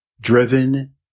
driven